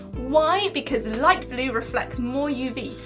why? because light blue reflects more uv.